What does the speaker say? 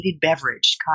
beverage